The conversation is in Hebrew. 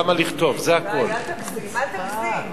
די, אל תגזים, אל תגזים.